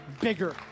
bigger